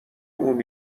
اون